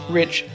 rich